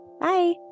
Bye